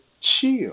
Chill